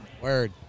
word